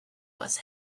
was